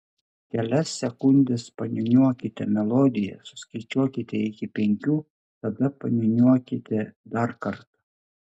kelias sekundes paniūniuokite melodiją suskaičiuokite iki penkių tada paniūniuokite dar kartą